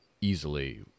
easily